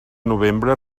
novembre